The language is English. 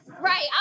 Right